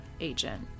agent